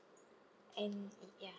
and ya